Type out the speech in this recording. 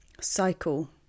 cycle